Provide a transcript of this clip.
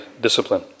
discipline